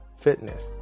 fitness